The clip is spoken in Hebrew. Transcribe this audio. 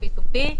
ה- P2P,